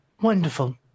Wonderful